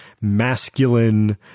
masculine